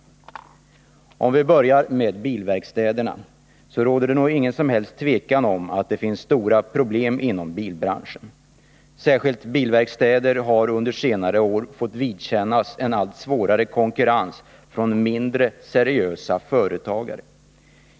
För att börja med bilverkstäderna kan det sägas att det nog inte råder någon som helst tvekan om att det finns stora problem inom bilbranschen. Särskilt bilverkstäder har under senare år fått vidkännas en allt svårare konkurrens från mindre seriösa företagare.